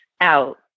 out